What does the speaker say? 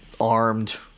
armed